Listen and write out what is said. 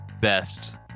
best